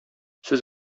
сез